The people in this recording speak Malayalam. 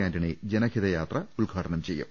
ആന്റണി ജനഹിതയാത്ര ഉദ്ഘാടനം ചെയ്യും